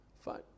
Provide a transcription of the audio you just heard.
Fine